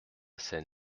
scène